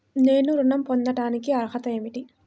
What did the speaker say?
నేను ఋణం పొందటానికి అర్హత ఏమిటి?